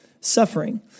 suffering